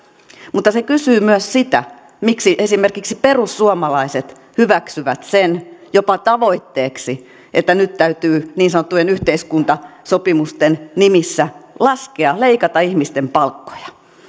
mutta se kysyy myös sitä miksi esimerkiksi perussuomalaiset hyväksyvät sen jopa tavoitteeksi että nyt täytyy niin sanottujen yhteiskuntasopimusten nimissä laskea leikata ihmisten palkkoja